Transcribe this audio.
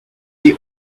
the